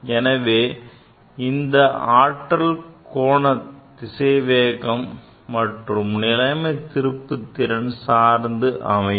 எனவே இந்த ஆற்றல் கோணத் திசைவேகம் மற்றும் நிலைமத் திருப்புத்திறன் சார்ந்து அமையும்